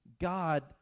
God